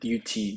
UT